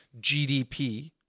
GDP